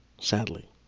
sadly